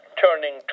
turning